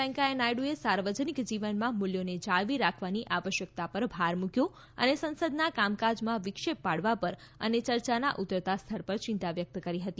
વૈકેંયા નાયડુએ સાર્વજનિક જીવનમાં મુલ્યોને જાળવી રાખવાની આવશ્યકતા પર ભાર મૂક્યો અને સંસદના કામકાજમાં વિક્ષેપ પાડવા પર અને ચર્ચાના ઉતરતા સ્તર પર ચિંતા વ્યક્ત કરી હતી